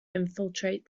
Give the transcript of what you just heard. infiltrate